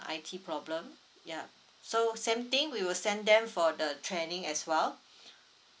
I_T problem yup so same thing we will send them for the training as well